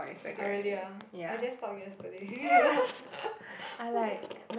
oh really ah I just stalked yesterday who did I stalk